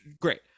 great